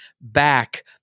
back